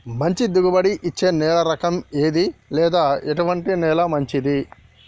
మంచి దిగుబడి ఇచ్చే నేల రకం ఏది లేదా ఎటువంటి నేల మంచిది?